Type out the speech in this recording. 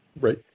Right